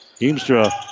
Heemstra